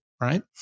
right